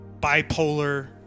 bipolar